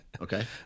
okay